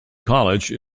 college